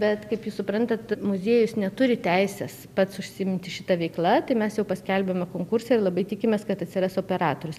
bet kaip jūs suprantat muziejus neturi teisės pats užsiimti šita veikla tai mes jau paskelbėme konkursą ir labai tikimės kad atsiras operatorius